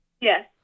Yes